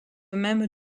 même